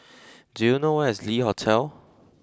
do you know where is Le Hotel